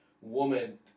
woman